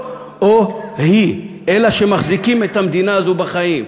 או היא אלה שמחזיקים את המדינה הזו בחיים".